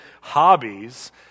hobbies